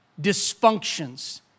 dysfunctions